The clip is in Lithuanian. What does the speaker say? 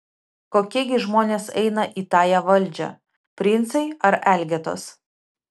kokie gi žmonės eina į tąją valdžią princai ar elgetos